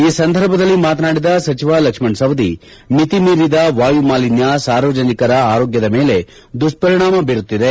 ಈ ಸಂದರ್ಭದಲ್ಲಿ ಮಾತನಾಡಿದ ಸಚಿವ ಲಕ್ಷ್ಮಷ್ ಸವದಿ ಮಿತಿ ಮೀರಿದ ವಾಯುಮಾಲಿನ್ಯ ಸಾರ್ವಜನಿಕರ ಆರೋಗ್ಯದ ಮೇಲೆ ದುಷ್ಪರಿಣಾಮ ಬೀರುತ್ತಿದೆ